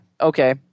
okay